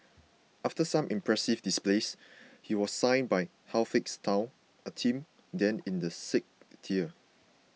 after some impressive displays he was signed by Halifax town a team then in the sixth tier